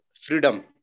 freedom